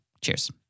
Cheers